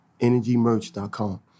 energymerch.com